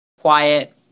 quiet